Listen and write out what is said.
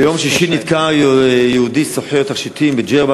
ביום שישי נדקר יהודי סוחר תכשיטים בג'רבה